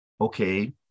Okay